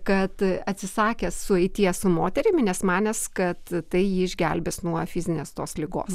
kad atsisakęs sueities su moterimi nes manęs kad tai jį išgelbės nuo fizinės tos ligos